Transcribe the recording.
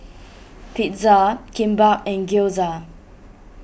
Pizza Kimbap and Gyoza